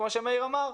כמו שמאיר אמר,